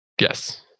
Yes